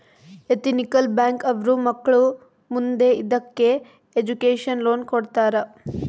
ethical bank ಅವ್ರು ಮಕ್ಳು ಮುಂದೆ ಇದಕ್ಕೆ ಎಜುಕೇಷನ್ ಲೋನ್ ಕೊಡ್ತಾರ